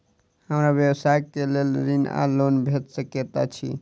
हमरा व्यवसाय कऽ लेल ऋण वा लोन भेट सकैत अछि?